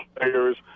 players